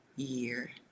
year